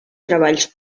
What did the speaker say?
treballs